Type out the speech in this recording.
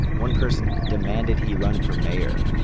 one person demanded he run for mayor.